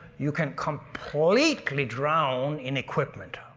you can completely drown in equipment.